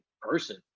person